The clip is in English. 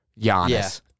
Giannis